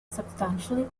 substantially